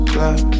Black